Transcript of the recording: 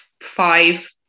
five